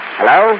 Hello